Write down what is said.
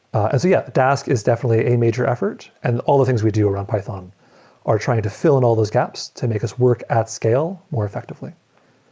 yeah, dask is definitely a major effort, and all the things we do around python are trying to fill in all those gaps to make us work at scale more effectively